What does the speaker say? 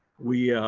we,